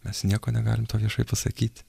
mes nieko negalim to viešai pasakyti